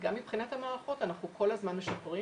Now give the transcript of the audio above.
וגם מבחינת המערכות אנחנו כל הזמן משפרים,